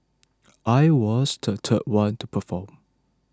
I was the third one to perform